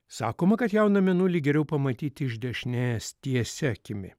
sakoma kad jauną mėnulį geriau pamatyti iš dešinės tiesia akimi